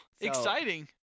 exciting